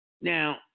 Now